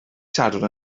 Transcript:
sadwrn